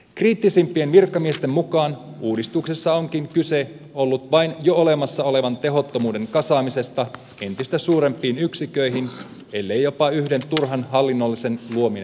kriittisimpien virkamiesten mukaan uudistuksessa onkin kyse ollut vain jo olemassa olevan tehottomuuden kasaamisesta entistä suurempiin yksiköihin ellei jopa yhden turhan hallinnollisen rakenteen luominen maahamme